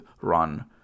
run